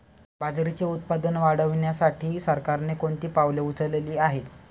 बाजरीचे उत्पादन वाढविण्यासाठी सरकारने कोणती पावले उचलली आहेत?